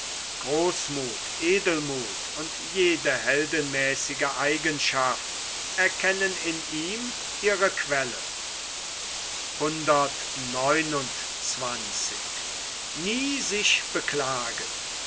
großmuth edelmuth und jede heldenmäßige eigenschaft erkennen in ihm ihre quelle